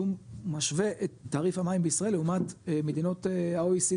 שהוא משווה את תעריף המים בישראל לעומת מדינות ה-OECD.